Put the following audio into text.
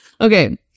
Okay